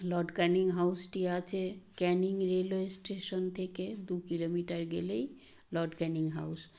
Lord Canning হাউসটি আছে Canning railway station থেকে দু কিলোমিটার গেলেই লর্ড ক্যানিং হাউস